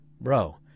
Bro